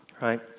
Right